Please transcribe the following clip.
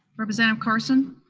representative carson?